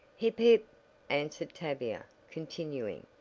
hip hip answered tavia, continuing